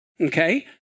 Okay